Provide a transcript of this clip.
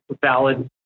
valid